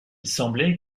semblait